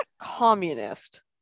communist